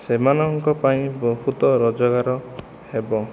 ସେମାନଙ୍କ ପାଇଁ ବହୁତ ରୋଜଗାର ହେବ